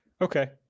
Okay